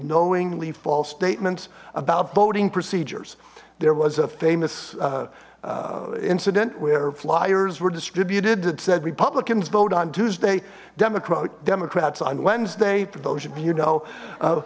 knowingly false statements about voting procedures there was a famous incident where fliers were distributed that said republicans vote on tuesday democratic democrats on wednesday for those of you know